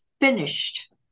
finished